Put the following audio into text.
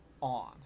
on